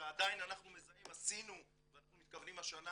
שעדיין אנחנו מזהים, עשינו ואנחנו מתכוונים השנה